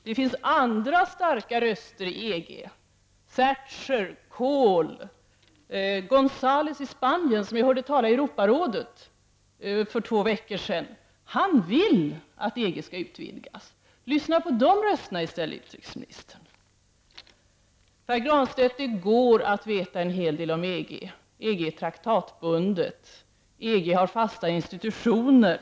Det finns andra starka röster i EG: Thatcher och Kohl samt t.ex. Gonzalez i Spanien, som jag hörde tala i Europarådet för två veckor sedan. Han vill att EG skall utvidgas. Lyssna på de rösterna i stället, utrikesministern! Pär Granstedt! Det går att veta en hel del om EG. EG är traktatsbundet. EG har fasta institutioner.